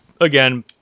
again